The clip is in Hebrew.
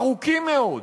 ארוכים מאוד.